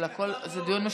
תקנות, הכול דיון משולב,